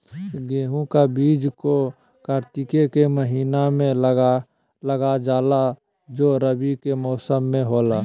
गेहूं का बीज को कार्तिक के महीना में लगा जाला जो रवि के मौसम में होला